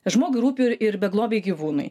žmogui rūpi ir ir beglobiai gyvūnai